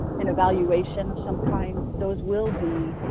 an evaluation of some kind, those will be